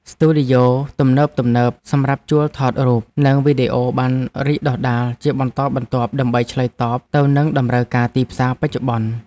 ស្ទូឌីយោទំនើបៗសម្រាប់ជួលថតរូប និងវីដេអូបានរីកដុះដាលជាបន្តបន្ទាប់ ដើម្បីឆ្លើយតបទៅនឹងតម្រូវការទីផ្សារបច្ចុប្បន្ន។